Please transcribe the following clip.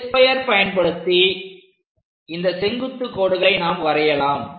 set square பயன்படுத்தி இந்த செங்குத்து கோடுகளை நாம் வரையலாம்